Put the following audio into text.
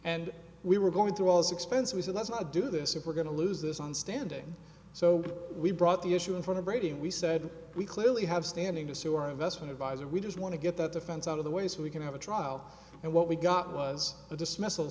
and we were going through all this expense we said let's not do this if we're going to lose this understanding so we brought the issue in front of braiding we said we clearly have standing to sue our investment adviser we just want to get that defense out of the ways we can have a trial and what we got was a dismiss